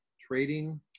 trading